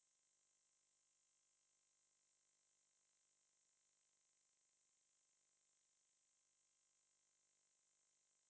like eat it ah